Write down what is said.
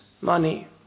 money